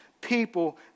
people